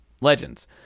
legends